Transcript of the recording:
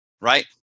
right